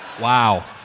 Wow